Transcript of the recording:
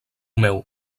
meu